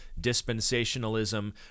Dispensationalism